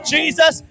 Jesus